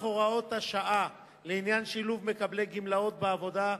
הוראת השעה לעניין שילוב מקבלי גמלאות בעבודה,